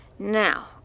Now